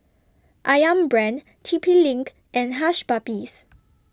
Ayam Brand T P LINK and Hush Puppies